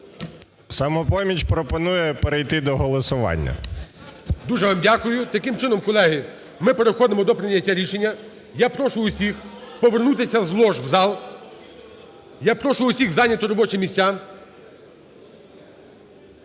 "Самопоміч" пропонує перейти до голосування. ГОЛОВУЮЧИЙ. Дуже вам дякую. Таким чином, колеги, ми переходимо до прийняття рішення. Я прошу усіх повернутися з лож в зал, я прошу усіх зайняти робочі місця.